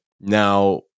Now